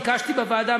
ביקשתי בוועדה,